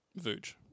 Vooch